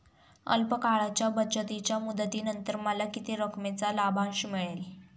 अल्प काळाच्या बचतीच्या मुदतीनंतर मला किती रकमेचा लाभांश मिळेल?